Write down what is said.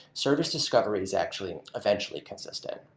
service discovery is actually eventually consistent.